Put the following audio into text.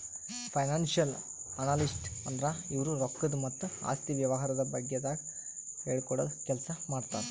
financial analyst ಅಂದ್ರ ಇವ್ರು ರೊಕ್ಕದ್ ಮತ್ತ್ ಆಸ್ತಿ ವ್ಯವಹಾರದ ಬಗ್ಗೆದಾಗ್ ಹೇಳ್ಕೊಡದ್ ಕೆಲ್ಸ್ ಮಾಡ್ತರ್